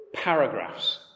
Paragraphs